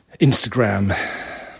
Instagram